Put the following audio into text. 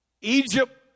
Egypt